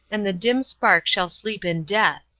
and the dim spark shall sleep in death.